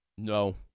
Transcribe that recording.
No